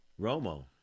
Romo